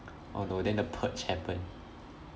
oh no then the purge happened